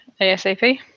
ASAP